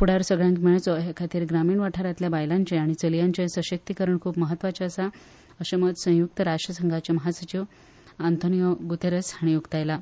फ़्डार सगल्यांक मेळचो हेखातीर ग्रामीण वाठारातल्या बायलांचें आनी चलयांचें सशक्तीकरण खूप म्हत्त्वाचें आसा अशे मत संयुक्त राश्ट्रसंघाचे महासचिव आंतोनियो गुतेरस हांणी उक्तायलां